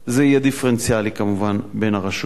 זה יהיה דיפרנציאלי, כמובן, בין הרשויות.